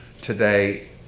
today